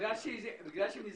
לגבי שאר